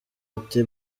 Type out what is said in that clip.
ati